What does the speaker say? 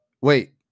wait